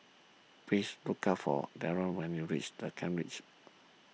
please look for Daron when you reach the Kent Ridge